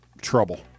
trouble